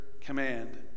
command